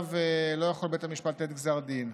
בלעדיו לא יכול בית המשפט לתת גזר דין.